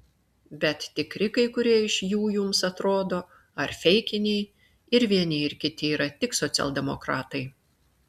bet tikri kai kurie iš jų jums atrodo ar feikiniai ir vieni ir kiti yra tik socialdemokratai